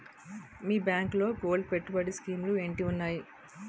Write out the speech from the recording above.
మీ బ్యాంకులో గోల్డ్ పెట్టుబడి స్కీం లు ఏంటి వున్నాయి?